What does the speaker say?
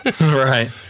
right